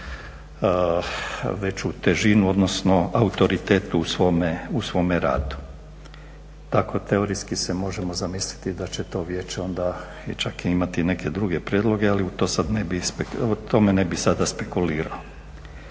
veću težinu odnosno autoritet u svome radu. Tako teorijski se možemo zamisliti da će to vijeće onda čak i imati neke druge prijedloge, ali u to sad ne bih,